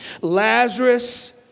Lazarus